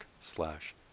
slash